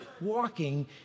walking